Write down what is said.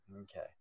okay